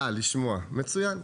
מצוין.